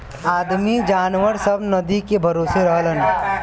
आदमी जनावर सब नदी के भरोसे रहलन